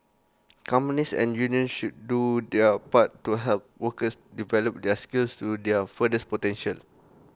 companies and unions should do their part to help workers develop their skills to their fullest potential